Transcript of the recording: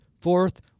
fourth